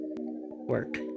work